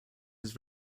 his